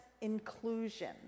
inclusion